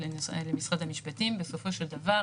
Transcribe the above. לצרפת לנופש בנורמנדי,